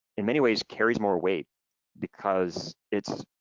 in many ways carries more weight because it's